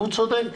והוא צודק.